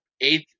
eighth